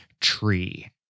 tree